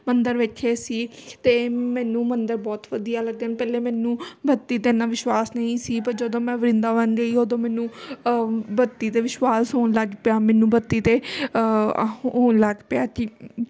ਮੰਦਰ ਵੇਖੇ ਸੀ ਅਤੇ ਮੈਨੂੰ ਮੰਦਰ ਬਹੁਤ ਵਧੀਆ ਲੱਗਦੇ ਹਨ ਪਹਿਲੇ ਮੈਨੂੰ ਬੱਤੀ 'ਤੇ ਇੰਨਾਂ ਵਿਸ਼ਵਾਸ ਨਹੀਂ ਸੀ ਪਰ ਜਦੋਂ ਮੈਂ ਵਰਿੰਦਾਵਨ ਗਈ ਉਦੋਂ ਮੈਨੂੰ ਬੱਤੀ 'ਤੇ ਵਿਸ਼ਵਾਸ ਹੋਣ ਲੱਗ ਪਿਆ ਮੈਨੂੰ ਬੱਤੀ 'ਤੇ ਹੋਣ ਲੱਗ ਪਿਆ ਕਿ